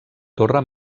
torre